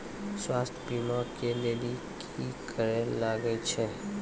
स्वास्थ्य बीमा के लेली की करे लागे छै?